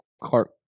Clark